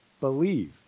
believe